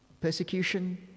Persecution